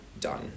done